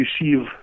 receive